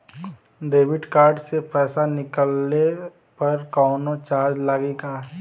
Debit card से पैसा निकलले पर कौनो चार्ज लागि का?